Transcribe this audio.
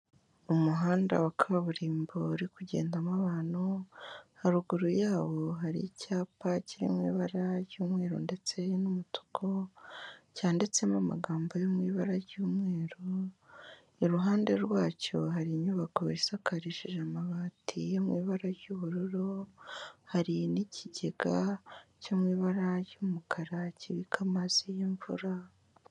Umuhanda wa kaburimbo uri kugendamo abantu, haruguru yawo hari icyapa kiri mu ibara ry'umweru ndetse n'umutuku, cyanditsemo amagambo yo mu ibara ry'umweru, iruhande rwacyo hari inyubako isakarishije amabati yo mu ibara ry'ubururu, hari n'ikigega cyo mu ibara y'umukara kibika amazi y'imvura.